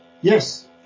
Yes